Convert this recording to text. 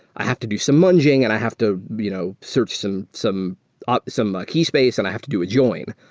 i have to do some munging and i have to you know search some some ah key space and i have to do a join.